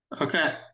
okay